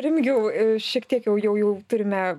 remigijau šiek tiek jau jau jau turime